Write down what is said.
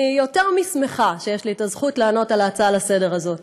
אני יותר משמחה שיש לי את הזכות לענות על ההצעה לסדר-היום הזאת.